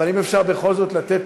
אבל אם אפשר בכל זאת לתת